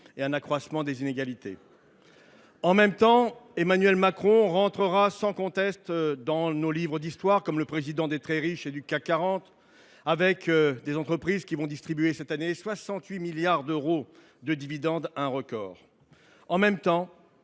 et un accroissement des inégalités. En même temps, Emmanuel Macron entrera sans conteste dans nos livres d’histoire comme le président des très riches et du CAC 40, alors que les entreprises vont distribuer cette année 68 milliards d’euros de dividendes. Un record ! En même temps,